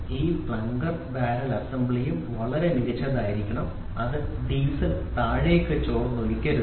ഈ പ്ലങ്കറും ബാരൽ അസംബ്ലിയും വളരെ മികച്ചതായിരിക്കണം അത് ഡീസൽ താഴേക്ക് ചോർന്നൊലിക്കരുത്